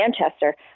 Manchester